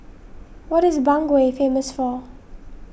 what is Bangui famous for